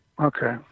Okay